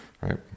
Right